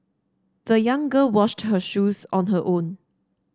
the young girl washed her shoes on her own